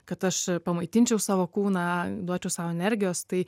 kad aš pamaitinčiau savo kūną duočiau sau energijos tai